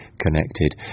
connected